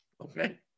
Okay